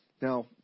Now